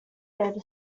hid